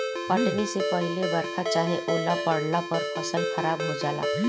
कटनी से पहिले बरखा चाहे ओला पड़ला पर फसल खराब हो जाला